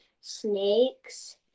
snakes